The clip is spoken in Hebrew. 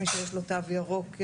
יש פער בין הסטודנטים לסגלים,